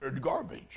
garbage